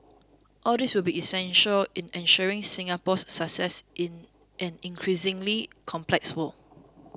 all these will be essential in ensuring Singapore's success in an increasingly complex world